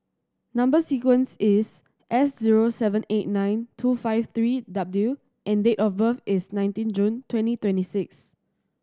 number sequence is S zero seven eight nine two five three W and date of birth is nineteen June twenty twenty six